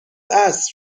عصر